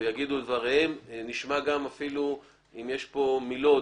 אם יש כאן נציגים מלוד,